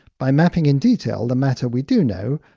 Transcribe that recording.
by mapping in detail the matter we do know,